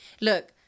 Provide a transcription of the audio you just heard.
Look